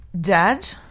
dad